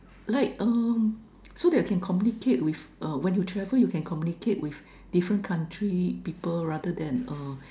like uh so I can communicate with uh when you travel you can communicate with different country people rather than uh